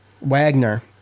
Wagner